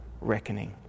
reckoning